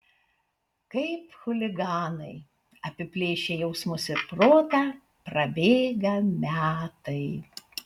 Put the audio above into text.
kaip chuliganai apiplėšę jausmus ir protą prabėga metai